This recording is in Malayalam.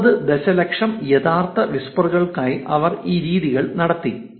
9 ദശലക്ഷം യഥാർത്ഥ വിസ്പറുകൾ ക്കായി അവർ ഈ രീതികൾ നടത്തി